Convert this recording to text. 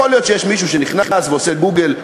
יכול להיות שיש מישהו שנכנס ועושה גוגל,